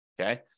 okay